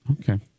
okay